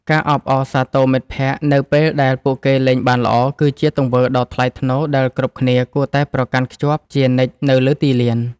ការអបអរសាទរមិត្តភក្តិនៅពេលដែលពួកគេលេងបានល្អ គឺជាទង្វើដ៏ថ្លៃថ្នូរដែលគ្រប់គ្នាគួរតែប្រកាន់ខ្ជាប់ជានិច្ចនៅលើទីលាន។